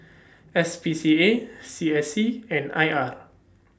S P C A C S C and I R